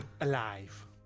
alive